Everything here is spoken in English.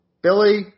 Billy